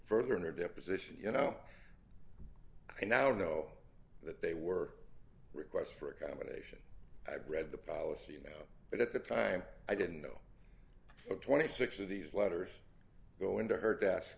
further in her deposition you know i now know that they were requests for accommodation i've read the policy now but at the time i didn't know twenty six of these letters go into her desk